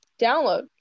download